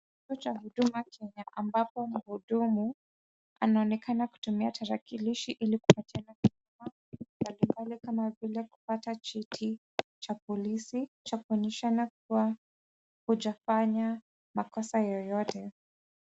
Kituo cha huduma Kenya ambapo muhudumu anaonekana kutumia tarakilishi, ili kupatiana huduma mbalimbali kama vile kupata cheti cha polisi, cha kuonyeshana kuwa hujafanya makosa yoyote.